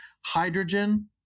hydrogen